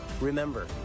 Remember